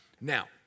Now